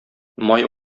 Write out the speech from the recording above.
май